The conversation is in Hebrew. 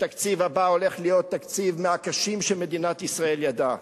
התקציב הבא הולך להיות תקציב מהקשים שמדינת ישראל ידעה.